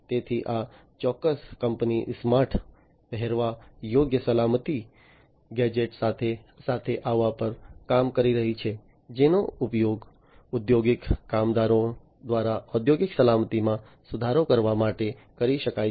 તેથી આ ચોક્કસ કંપની સ્માર્ટ પહેરવા યોગ્ય સલામતી ગેજેટ્સ સાથે આવવા પર કામ કરી રહી છે જેનો ઉપયોગ ઔદ્યોગિક કામદારો દ્વારા ઔદ્યોગિક સલામતીમાં સુધારો કરવા માટે કરી શકાય છે